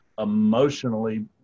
emotionally